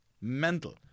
mental